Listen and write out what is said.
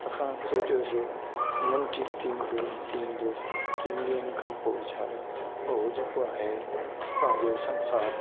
असां सोचियो से मन ठीक थी वेंदो थी वेंदो टिनि ॾींहंनि खां पोइ वीचारो हो जेको आहे पंहिंजो संसार